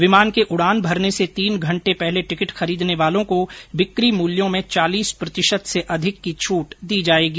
विमान के उड़ान भरने से तीन घंटे पहले टिकट खरीदने वालों को बिक्री मूल्यो में चालीस प्रतिशत से अधिक की छूट दी जायेगी